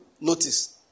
notice